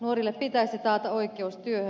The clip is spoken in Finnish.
nuorille pitäisi taata oikeus työhön